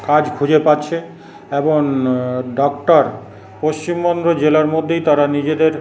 কাজ খুঁজে পাচ্ছে এবং ডক্টর পশ্চিমবঙ্গ জেলার মধ্যেই তারা নিজেদের